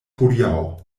hodiaŭ